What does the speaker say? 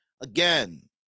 Again